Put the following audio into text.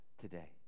today